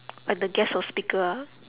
like the guest of speaker ah